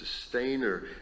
sustainer